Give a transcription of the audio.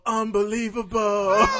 unbelievable